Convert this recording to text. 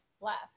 left